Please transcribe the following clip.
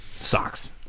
Socks